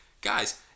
guys